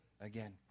again